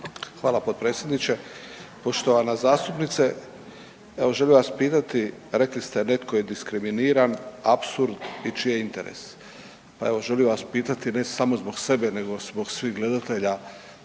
Hvala potpredsjedniče. Poštovana zastupnice, evo želio bih vas pitati, rekli ste netko je diskriminiran, apsurd i čiji je interes. Pa evo želim vas pitati ne samo zbog sebe nego zbog svih gledatelja,